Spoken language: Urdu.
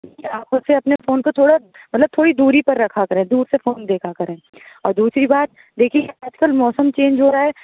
آپ خود سے اپنے فون کو تھوڑا مطلب تھوڑی دوری پر رکھا کریں دور سے فون دیکھا کریں اور دوسری بات دیکھیے آج کل موسم چینج ہو رہا ہے